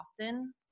often